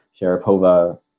Sharapova